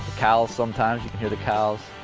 cal sometimes you can hear the cows.